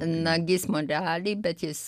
nagys monrealy bet jis